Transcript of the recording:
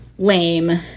lame